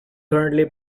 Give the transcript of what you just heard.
currently